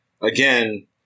again